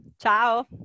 Ciao